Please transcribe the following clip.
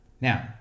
Now